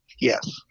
Yes